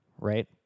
right